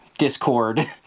Discord